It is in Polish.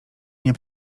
nie